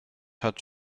hat